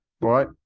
right